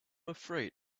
afraid